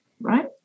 right